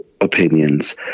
opinions